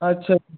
अच्छा अच्छा